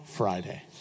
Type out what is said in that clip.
friday